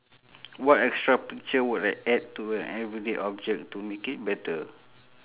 what extra picture would I add to an everyday object to make it better